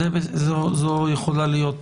זו יכולה להיות